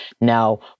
Now